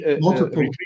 Multiple